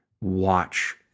watch